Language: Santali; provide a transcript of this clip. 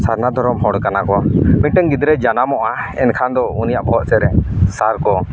ᱥᱟᱨᱱᱟ ᱫᱷᱚᱨᱚᱢ ᱦᱚᱲ ᱠᱟᱱᱟ ᱠᱚ ᱢᱤᱫᱴᱟᱝ ᱜᱤᱫᱽᱨᱟᱹᱭ ᱡᱟᱱᱟᱢᱚᱜᱼᱟ ᱮᱱᱠᱷᱟᱱ ᱫᱚ ᱩᱱᱤᱭᱟᱜ ᱵᱚᱦᱚᱜ ᱥᱮᱫ ᱨᱮ ᱥᱟᱨ ᱠᱚ